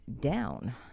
down